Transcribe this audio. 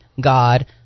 God